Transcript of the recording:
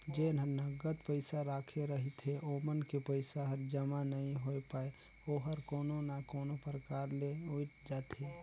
जेन ह नगद पइसा राखे रहिथे ओमन के पइसा हर जमा नइ होए पाये ओहर कोनो ना कोनो परकार ले उइठ जाथे